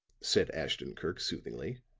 said ashton-kirk soothingly,